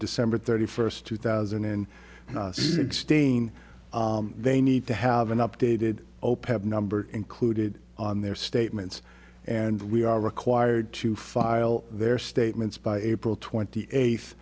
december thirty first two thousand and sixteen they need to have an updated opeth number included on their statements and we are required to file their statements by april twenty